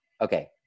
Okay